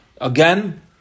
again